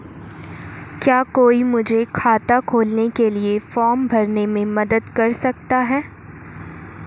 क्या कोई मुझे खाता खोलने के लिए फॉर्म भरने में मदद कर सकता है?